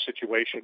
situation